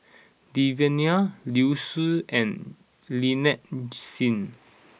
Devan Nair Liu Si and Lynnette Seah